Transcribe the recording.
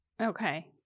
Okay